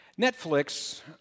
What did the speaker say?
Netflix